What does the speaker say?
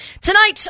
tonight